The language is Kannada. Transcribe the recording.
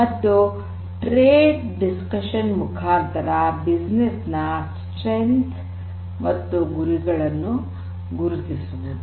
ಮತ್ತು ಟ್ರೇಡ್ ಡಿಸ್ಕಶನ್ ಮುಖಾಂತರ ಬಿಸಿನೆಸ್ ನ ಶಕ್ತಿ ಮತ್ತು ಗುರಿಗಳನ್ನು ಗುರುತಿಸುವುದು